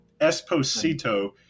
Esposito